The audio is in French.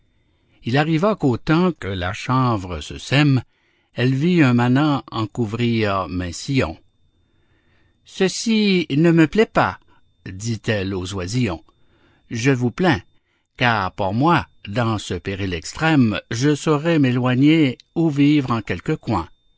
il arriva qu'au temps que la chanvre se sème elle vit un manant en couvrir maints sillons ceci ne me plaît pas dit-elle aux oisillons je vous plains car pour moi dans ce péril extrême je saurai m'éloigner ou vivre en quelque coin